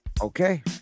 Okay